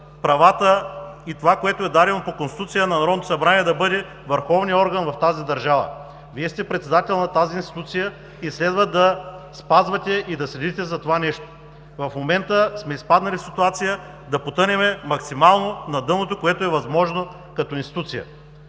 правата и това, което е дадено по Конституция на Народното събрание – да бъде върховният орган в тази държава. Вие сте председател на тази институция и следва да спазвате и да следите за това нещо. В момента сме изпаднали в ситуация да потънем максимално на дъното, което е възможно като институция.